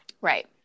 Right